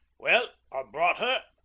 well, i've brought her,